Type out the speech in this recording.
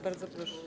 Bardzo proszę.